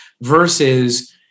versus